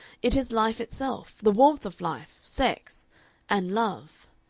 it is life itself, the warmth of life, sex and love.